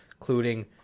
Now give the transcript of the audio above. including